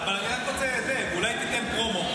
אולי תיתן פרומו,